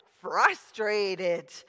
frustrated